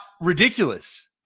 ridiculous